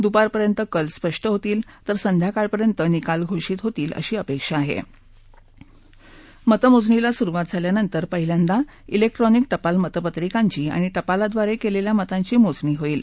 दुपारपर्यंत कल स्पष्ट होतील तर संध्याकाळपर्यंत निकाल घोषित होतील अशी अपघी आह अतमोजणीला सुरुवात झाल्यानंतर पहिल्यांदा इलस्ट्रिंनिक टपाल मतपत्रिकांची आणि टपालाद्वारक्रिस्ता मतांची मोजणी होईल